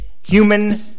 human